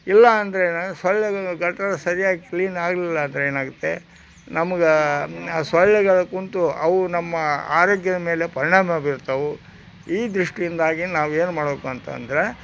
ಇಲ್ಲ ಅಂದರೆ ಏನಾಗತ್ತೆ ಸೊಳ್ಳೆಗಳು ಗಟಾರ ಸರಿಯಾಗಿ ಕ್ಲೀನ್ ಆಗಲಿಲ್ಲ ಅಂದರೆ ಏನಾಗುತ್ತೆ ನಮ್ಗೆ ಸೊಳ್ಳೆಗಳು ಕೂತು ಅವು ನಮ್ಮ ಆರೋಗ್ಯದ ಮೇಲೆ ಪರಿಣಾಮ ಬೀರುತ್ತವೆ ಈ ದೃಷ್ಟಿಯಿಂದಾಗಿ ನಾವೇನು ಮಾಡಬೇಕು ಅಂತಂದ್ರೆ